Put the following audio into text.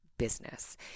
Business